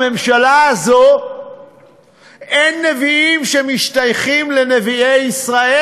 בממשלה הזאת אין נביאים שמשתייכים לנביאי ישראל,